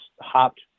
hopped